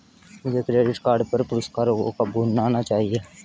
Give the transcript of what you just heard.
मुझे credit card पर पुरस्कारों को कब भुनाना चाहिए?